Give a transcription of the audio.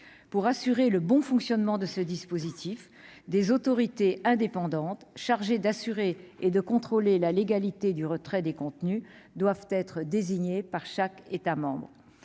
pour assurer le bon fonctionnement de ce dispositif des autorité indépendante chargée d'assurer et de contrôler la légalité du retrait des contenus doivent être désignés par chaque État membre,